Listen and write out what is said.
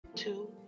Two